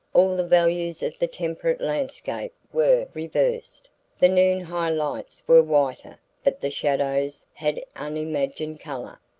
all the values of the temperate landscape were reversed the noon high-lights were whiter but the shadows had unimagined colour.